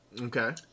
Okay